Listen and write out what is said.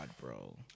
bro